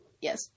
Yes